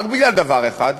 רק בגלל דבר אחד: